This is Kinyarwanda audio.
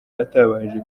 atabanje